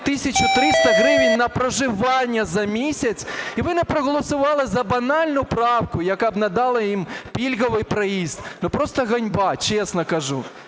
300 гривень на проживання за місяць. І ви не проголосували за банальну правку, яка б надала їм пільговий проїзд. Ну, просто ганьба, чесно кажу.